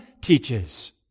teaches